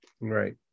Right